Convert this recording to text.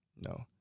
No